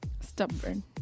Stubborn